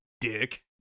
Dick